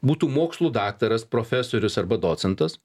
būtų mokslų daktaras profesorius arba docentas